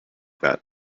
that